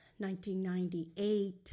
1998